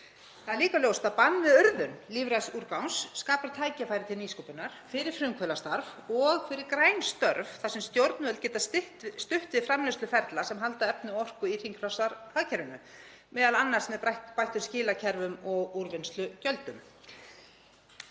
Það er líka ljóst að bann við urðun lífræns úrgangs skapar tækifæri til nýsköpunar, fyrir frumkvöðlastarf og fyrir græn störf þar sem stjórnvöld geta stutt við framleiðsluferla sem halda efni og orku í hringrásarhagkerfinu, m.a. með bættum skilakerfum og úrvinnslugjöldum.